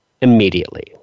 immediately